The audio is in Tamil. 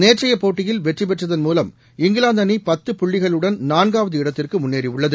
நேற்றைய போட்டியில் வெற்றி பெற்றதன் மூலம் இங்கிலாந்து அணி பத்து புள்ளிகளுடன் நான்காவது இடத்திற்கு முன்னேறியுள்ளது